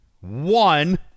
one